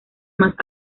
más